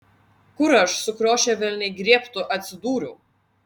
kur aš sukriošę velniai griebtų atsidūriau